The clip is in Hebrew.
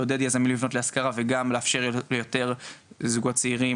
לעודד יזמים לבנות להשכרה וגם לאפשר יותר לזוגות צעירים